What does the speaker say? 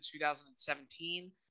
2017